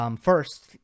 First